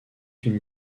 une